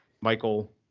Michael